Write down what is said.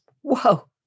Whoa